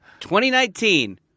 2019